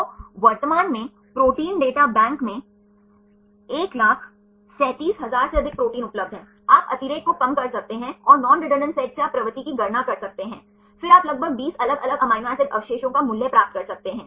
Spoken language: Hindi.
तो वर्तमान में प्रोटीन डेटा बैंक में 137000 से अधिक प्रोटीन उपलब्ध हैं आप अतिरेक को कम कर सकते हैं और नॉन रेडंडान्त सेट से आप प्रवृत्ति की गणना कर सकते हैं फिर आप लगभग 20 अलग अलग अमीनो एसिड अवशेषों का मूल्य प्राप्त कर सकते हैं